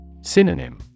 Synonym